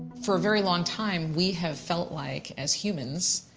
for a very long time, we have felt like as humans,